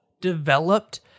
developed